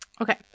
Okay